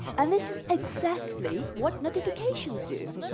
and this is exactly what notifications do.